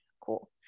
cool